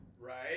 right